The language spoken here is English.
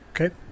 Okay